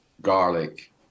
garlic